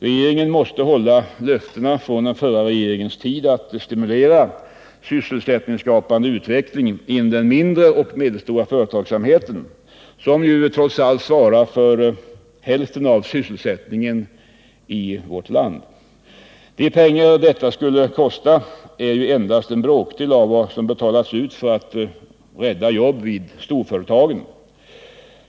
Regeringen måste hålla löftena från den förra regeringens tid att stimulera sysselsättningsskapande utveckling inom den mindre och medelstora företagsamheten, som trots allt svarar för hälften av sysselsättningen i vårt land. De pengar detta skulle kosta är endast en bråkdel av vad som betalas ut för att rädda jobb vid storföretagen.